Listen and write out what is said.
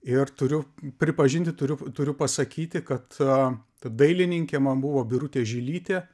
ir turiu pripažinti turiu turiu pasakyti kad ta dailininkė man buvo birutė žilytė